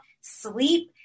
sleep